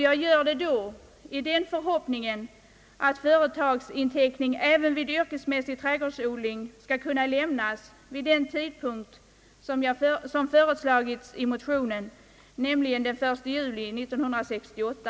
Jag gör det i den förhoppningen att företagsinteckning skall kunna medges även person som driver yrkesmässig trädgårdsodling vid den tidpunkt som föreslagits i motionen, nämligen den 1 juli 1968.